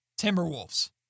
Timberwolves